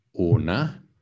una